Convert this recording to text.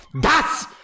Das